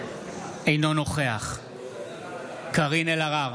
אינו נוכח קארין אלהרר,